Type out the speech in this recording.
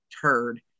turd